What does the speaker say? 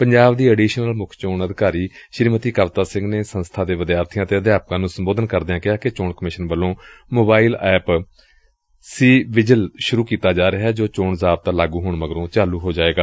ਪੰਜਾਬ ਦੀ ਅਡੀਸ਼ਨਲ ਮੁੱਖ ਚੋਣ ਅਧਿਕਾਰੀ ਸ੍ਰੀਮਤੀ ਕਵਿਤਾ ਸਿੰਘ ਨੇ ਸੰਸਬਾ ਦੇ ਵਿਦਿਆਰਥੀਆਂ ਅਤੇ ਅਧਿਆਪਕਾਂ ਨੂੰ ਸੰਬੋਧਨ ਕਰਦਿਆਂ ਕਿਹਾ ਕਿ ਚੋਣ ਕਮਿਸ਼ਨ ਵੱਲੋਂ ਮੋਬਾਈਲ ਐਪ ਸੀ ਵਿਜਿਲ ਵੀ ਸੁਰੂ ਕੀਤਾ ਜਾ ਰਿਹੈ ਜੋ ਚੌਣ ਜਾਬਤਾ ਲਾਗੂ ਹੋਣ ਮਗਰੋਂ ਚਾਲੂ ਹੋ ਜਾਏਗਾ